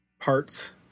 parts